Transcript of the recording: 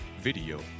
video